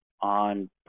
on